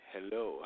Hello